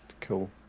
Cool